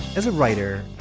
as a writer,